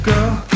Girl